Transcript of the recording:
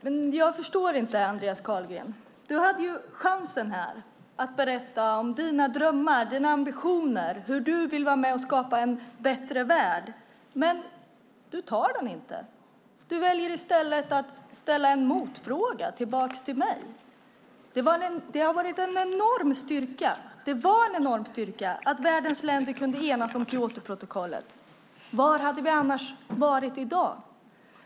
Herr talman! Jag förstår inte, Andreas Carlgren. Du hade chansen här att berätta om dina drömmar och ambitioner, hur du vill vara med och skapa en bättre värld. Men du tar den inte. Du väljer i stället att ställa en motfråga tillbaka till mig. Det var en enorm styrka att världens länder kunde enas om Kyotoprotokollet. Var hade vi annars varit i dag?